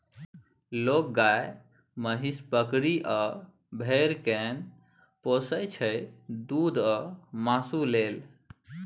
लोक गाए, महीष, बकरी आ भेड़ा केँ पोसय छै दुध आ मासु लेल